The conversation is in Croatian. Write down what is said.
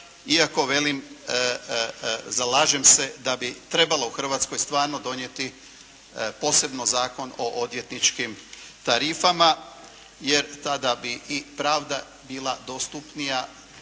Iako velim zalažem se da bi trebalo u Hrvatskoj stvarno donijeti posebno Zakon o odvjetničkim tarifama, jer tada bi i pravda bila dostupnija